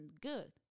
good